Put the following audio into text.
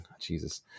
Jesus